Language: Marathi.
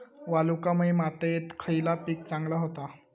वालुकामय मातयेत खयला पीक चांगला होता?